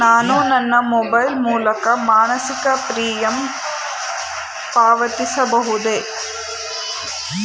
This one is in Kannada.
ನಾನು ನನ್ನ ಮೊಬೈಲ್ ಮೂಲಕ ಮಾಸಿಕ ಪ್ರೀಮಿಯಂ ಪಾವತಿಸಬಹುದೇ?